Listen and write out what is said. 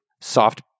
soft